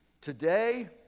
Today